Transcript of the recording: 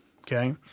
Okay